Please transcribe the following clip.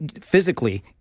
physically